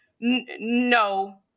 No